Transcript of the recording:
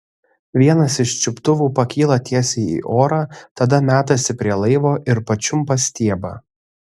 vienas iš čiuptuvų pakyla tiesiai į orą tada metasi prie laivo ir pačiumpa stiebą